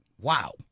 Wow